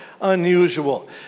unusual